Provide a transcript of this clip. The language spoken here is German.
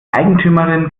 eigentümerin